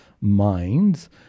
minds